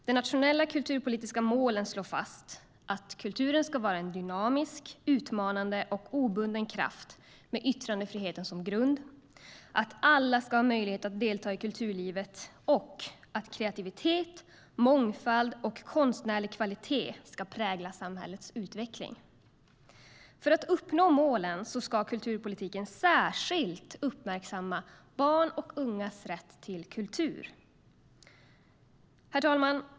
De nationella kulturpolitiska målen slår fastatt alla ska ha möjlighet att delta i kulturlivet För att uppnå målen ska kulturpolitiken särskilt uppmärksamma barns och ungas rätt till kultur. Herr talman!